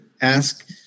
ask